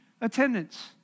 attendance